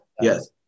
yes